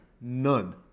None